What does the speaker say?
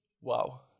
Wow